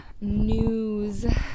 news